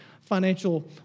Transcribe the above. financial